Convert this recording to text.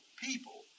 people